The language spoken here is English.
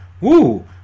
Woo